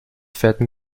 fetten